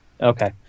Okay